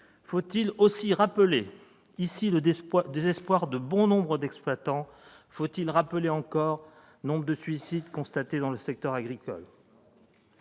Faut-il aussi rappeler ici le désespoir de bon nombre d'exploitants ? Faut-il rappeler encore le nombre de suicides constatés dans le secteur agricole ?